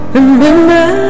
Remember